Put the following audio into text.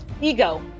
ego